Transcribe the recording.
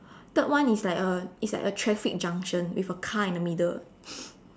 third one is like a is like a traffic junction with a car in the middle